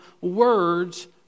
Words